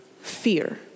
fear